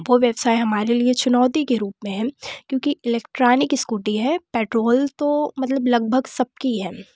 अब वह व्यवसाय हमारे लिए चुनौती के रूप में है क्योंकि इलेक्ट्रॉनिक इस्कूटी है पेट्रोवल तो मतलब लगभग सबकी है